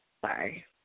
Sorry